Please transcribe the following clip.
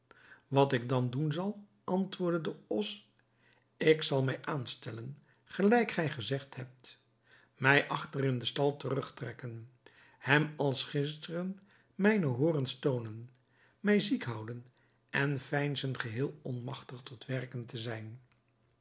wat ik dan doen zal antwoordde de os ik zal mij aanstellen gelijk gij gezegd hebt mij achter in den stal terugtrekken hem als gisteren mijne horens toonen mij ziek houden en veinzen geheel onmagtig tot werken te zijn